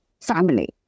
family